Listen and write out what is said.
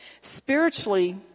Spiritually